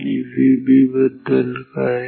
आणि Vb बद्दल काय